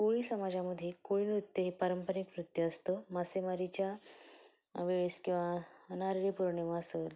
कोळी समाजामध्ये कोळीनृत्य हे पारंपरिक नृत्य असतं मासेमारीच्या वेळेस किंवा नारळी पौर्णिमा सण